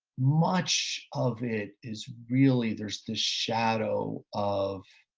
much of it is really, there's the shadow of